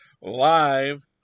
live